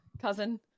cousin